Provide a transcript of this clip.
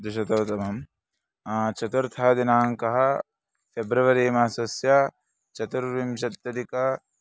द्विशतोत्तमं चतुर्थः दिनाङ्कः फ़ेब्रवरी मासस्य चतुर्विंशत्यधिकं